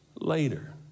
later